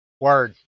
Word